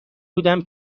بودم